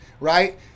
Right